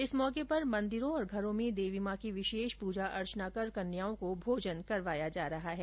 इस मौके पर मन्दिर और घरों में देवी माँ की विशेष पूजा अर्चना कर कन्याओं को भोजन करवाया जा रहा है